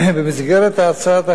במסגרת הצעת החוק הזו,